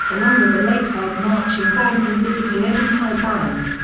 along with the lakeside marching band and visiting evans high's band.